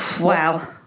Wow